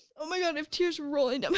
oh my god, i have tears rolling down my